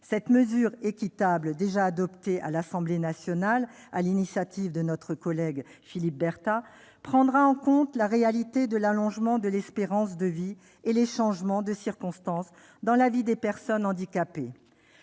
Cette mesure équitable, déjà adoptée à l'Assemblée nationale sur l'initiative de notre collègue Philippe Berta, prendra en compte la réalité de l'allongement de l'espérance de vie et les changements de circonstances dans la vie des personnes handicapées.